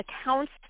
accounts